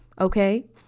okay